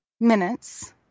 minutes